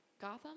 Gotham